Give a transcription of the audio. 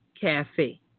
Cafe